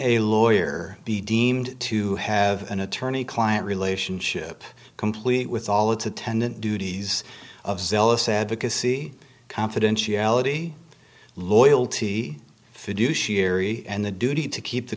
a lawyer be deemed to have an attorney client relationship complete with all its attendant duties of zealous advocacy confidentiality loyalty fiduciary and the duty to keep the